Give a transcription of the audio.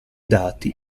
dati